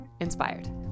Inspired